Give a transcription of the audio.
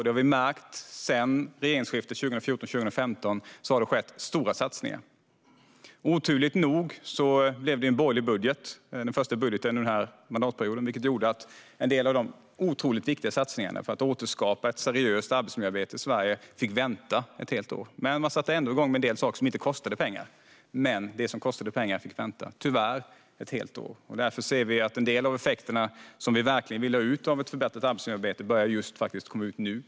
Det har vi märkt - sedan regeringsskiftet 2014 har det skett stora satsningar. Oturligt nog blev den första budgeten under den här mandatperioden en borgerlig budget, vilket gjorde att en del av de otroligt viktiga satsningarna för att återskapa ett seriöst arbetsmiljöarbete i Sverige fick vänta ett helt år. Man satte igång med en del saker som inte kostade pengar, men det som kostade pengar fick tyvärr vänta ett helt år. Därför ser vi att en del av effekterna som vi verkligen ville ha ut av ett förbättrat arbetsmiljöarbete börjar komma ut nu.